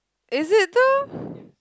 is it so